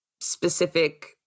specific